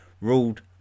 ruled